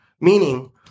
meaning